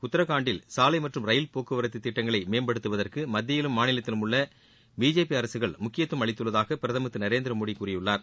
உத்தராகண்டில் சாலை மற்றும் ரயில் போக்குவரத்து திட்டங்களை மேம்படுத்துவதற்கு மத்தியிலும் உள்ள பிஜேபி அரசுகள் முக்கியத்துவம் அளித்துள்ளதாக மாநிலத்திலும் பிரதமர் திரு நரேந்திரமோடி கூறியுள்ளார்